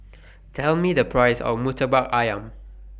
Tell Me The Price of Murtabak Ayam